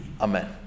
Amen